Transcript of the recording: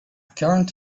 current